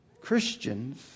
Christians